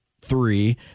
three